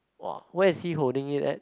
!wah! where's he holding it at